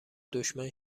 دشمن